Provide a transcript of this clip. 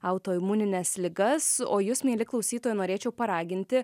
autoimunines ligas o jus mieli klausytojai norėčiau paraginti